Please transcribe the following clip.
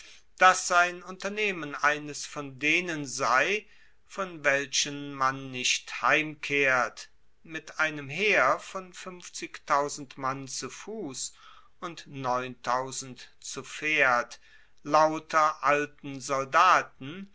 dass sein unternehmen eines von denen sei von welchen man nicht heimkehrt mit einem heer von mann zu fuss und zu pferd lauter alten soldaten